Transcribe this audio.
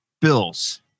Bills